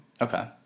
Okay